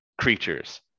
creatures